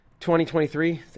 2023